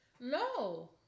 No